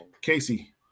Casey